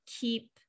keep